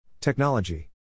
Technology